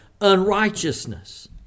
unrighteousness